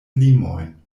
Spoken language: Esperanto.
limojn